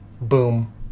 boom